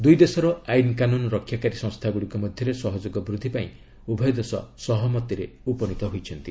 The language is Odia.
ଦୁଇଦେଶର ଆଇନ୍କାନୁନ୍ ରକ୍ଷାକାରୀ ସଂସ୍ଥାଗୁଡ଼ିକ ମଧ୍ୟରେ ସହଯୋଗ ବୃଦ୍ଧି ପାଇଁ ଉଭୟ ଦେଶ ସହମତିରେ ଉପନୀତ ହୋଇଛନ୍ତି